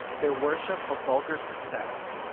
their worship of vulgar success,